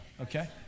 okay